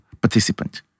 participant